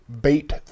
bait